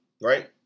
Right